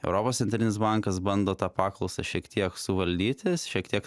europos centrinis bankas bando tą paklausą šiek tiek suvaldyti šiek tiek